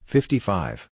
Fifty-five